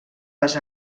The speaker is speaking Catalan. les